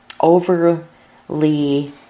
overly